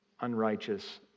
unrighteous